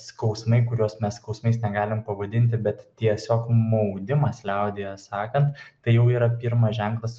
skausmai kuriuos mes skausmais negalim pavadinti bet tiesiog maudimas liaudyje sakant tai jau yra pirmas ženklas